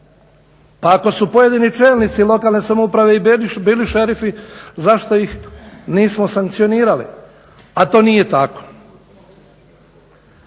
Pa ako su pojedini čelnici lokalne samouprave i bili šerifi zašto ih nismo sankcionirali? A to nije tako.